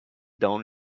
dents